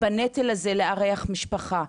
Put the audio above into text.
בנטל הזה של אירוח משפחה,